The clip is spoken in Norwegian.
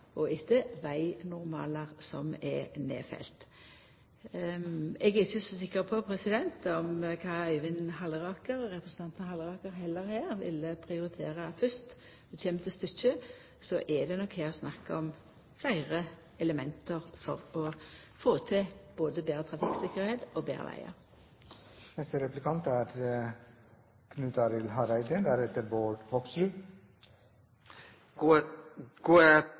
og etter vegnormalar som er nedfelte? Eg er ikkje så sikker på kva representanten Halleraker heller her ville prioritera fyrst. Når det kjem til stykket, er det nok her snakk om fleire element for å få til både betre trafikktryggleik og betre vegar. Eg er